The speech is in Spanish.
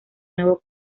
nuevo